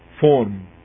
form